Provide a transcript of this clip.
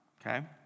okay